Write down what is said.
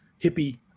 hippie